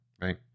Right